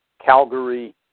Calgary